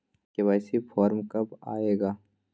KYC form कब आए गा?